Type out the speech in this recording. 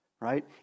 right